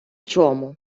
чому